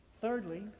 thirdly